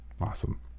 Awesome